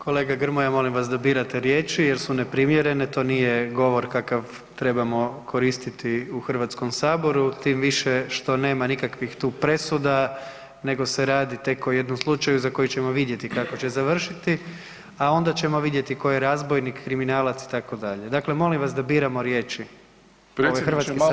Kolega Grmoja, molim vas da birate riječi jer su neprimjerene, to nije govor kakav trebamo koristiti u HS, tim više što nema nikakvih tu presuda, nego se radi tek o jednom slučaju za koji ćemo vidjeti kako će završiti, a onda ćemo vidjeti ko je razbojnik, kriminalac itd., dakle molim vas da biramo riječi, ovo je HS.